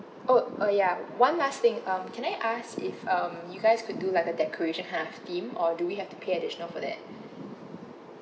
oh uh ya one last thing um can I ask if um you guys could do like a decoration kind of theme or do we have to pay additional for that